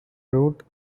route